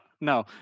No